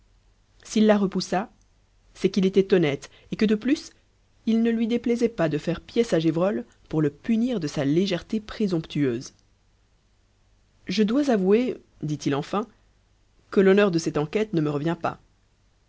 s'il la repoussa c'est qu'il était honnête et que de plus il ne lui déplaisait pas de faire pièce à gévrol pour le punir de sa légèreté présomptueuse je dois avouer dit-il enfin que l'honneur de cette enquête ne me revient pas